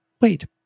Wait